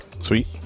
Sweet